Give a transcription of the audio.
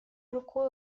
рукою